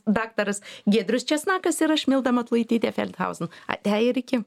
daktaras giedrius česnakas ir aš milda matulaitytė felthauzin ate ir iki